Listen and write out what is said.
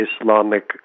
Islamic